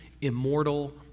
Immortal